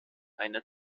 eine